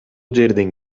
жердин